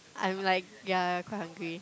I'm like ya quite hungry